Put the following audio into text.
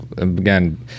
again